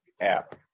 app